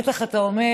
בטח אתה אומר: